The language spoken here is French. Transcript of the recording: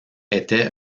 était